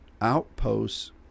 outposts